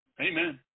Amen